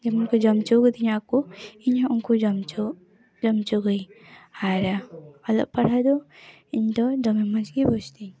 ᱡᱮᱢᱚᱱ ᱠᱚ ᱡᱚᱢ ᱪᱚᱣ ᱠᱟᱫᱤᱧᱟ ᱟᱠᱚ ᱤᱧ ᱦᱚᱸ ᱩᱱᱠᱩ ᱡᱚᱢ ᱪᱚ ᱡᱚᱢ ᱪᱚ ᱠᱚᱣᱟᱹᱧ ᱟᱨ ᱚᱞᱚᱜ ᱯᱟᱲᱦᱟᱣ ᱫᱚ ᱤᱧ ᱫᱚ ᱫᱚᱢᱮ ᱢᱚᱡᱽᱜᱮ ᱵᱩᱡᱽᱫᱤᱧ